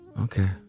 Okay